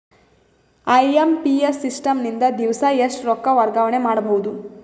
IMPS system ನಿಂದ ದಿವಸಾ ಎಷ್ಟ ರೊಕ್ಕ ವರ್ಗಾವಣೆ ಮಾಡಬಹುದು?